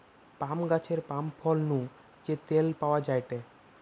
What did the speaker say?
পাম গাছের পাম ফল নু যে তেল পাওয়া যায়টে